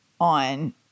on